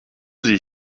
sie